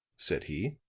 said he.